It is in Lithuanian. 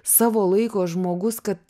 savo laiko žmogus kad